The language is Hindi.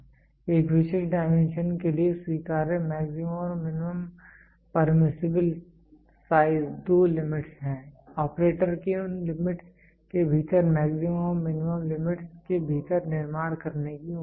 एक विशिष्ट डायमेंशन के लिए स्वीकार्य मैक्सिमम और मिनिमम परमिसिबल साइज दो लिमिटस् हैं ऑपरेटर के इन लिमिटस् के भीतर मैक्सिमम और मिनिमम लिमिटस् के भीतर निर्माण करने की उम्मीद है